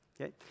okay